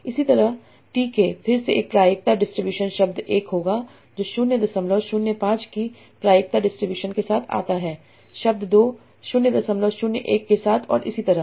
इसी तरह tk फिर से एक प्रायिकता डिस्ट्रीब्यूशन शब्द 1 होगा जो 005 की प्रायिकता डिस्ट्रीब्यूशन के साथ आता है शब्द 2 001 के साथ और इसी तरह